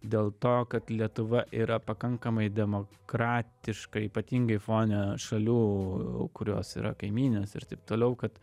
dėl to kad lietuva yra pakankamai demokratiška ypatingai fone šalių kurios yra kaimynės ir taip toliau kad